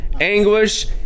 Anguish